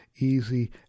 easy